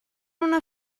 una